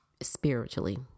spiritually